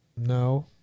no